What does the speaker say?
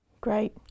Great